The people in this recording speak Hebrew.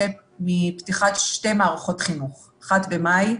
מפתיחת שתי מערכות חינוך: אחת במאי,